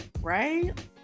right